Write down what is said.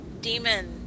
Demon